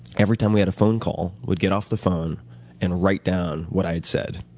every time we had a phone call, would get off the phone and write down what i had said.